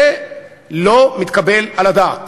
זה לא מתקבל על הדעת.